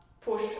push